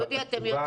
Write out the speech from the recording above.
מה שקורה